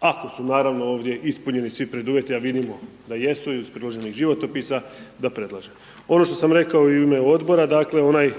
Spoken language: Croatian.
ako su naravno ovdje ispunjeni svi preduvjeti, a vidimo da jesu iz priloženih životopisa, da predlažemo. Ono što sam rekao i u ime odbora, dakle, onaj